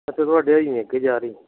ਅੱਛਾ ਤੁਹਾਡੇ ਵਾਲੀ ਨਹੀਂ ਅੱਗੇ ਜਾ ਰਹੀ